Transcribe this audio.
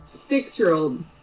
six-year-old